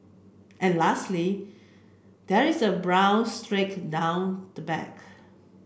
and lastly there is a brown streak down the back